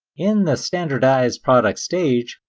in the standardized product stage,